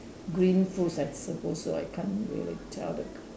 green foods I suppose so I can't really tell the